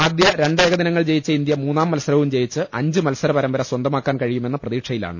ആദ്യ രണ്ട് ഏകദിനങ്ങൾ ജയിച്ച ഇന്ത്യ മൂന്നാം മത്സരവും ജയിച്ച് അഞ്ച് മത്സര പരമ്പര സ്വന്തമാ ക്കാൻ കഴിയുമെന്ന പ്രതീക്ഷയിലാണ്